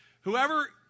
Whoever